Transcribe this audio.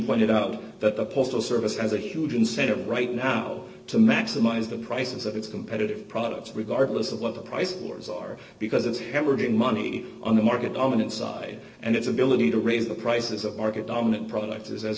pointed out that the postal service has a huge incentive right now to maximize the prices of its competitive products regardless of what the price wars are because it's hemorrhaging money on the market dominant side and its ability to raise the prices of market dominant product is as